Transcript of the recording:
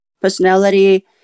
personality